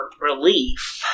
relief